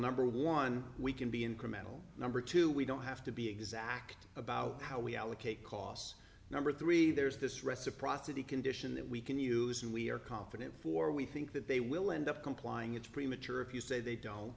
number one we can be incremental number two we don't have to be exact about how we allocate costs number three there's this reciprocity condition that we can use who we are confident for we think that they will end up complying it's premature if you say they don't